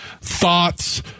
thoughts